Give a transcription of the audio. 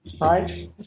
right